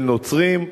של נוצרים,